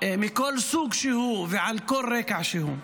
מכל סוג שהוא ועל כל רקע שהוא.